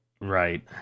Right